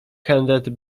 handed